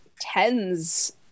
tens